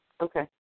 Okay